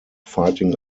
fighting